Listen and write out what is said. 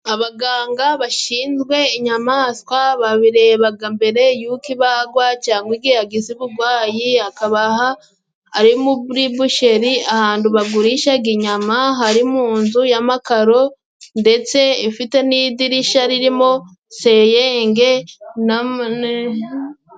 Abaganga bashinzwe inyamaswa babirebaga mbere yuko ibagwa cyangwa igihe yagize ubugwayi, akaba aha arimuri Busheri ahantu bagurishaga inyama hari mu nzu y'amakaro ndetse ifite n'idirishya ririmo seyenge na.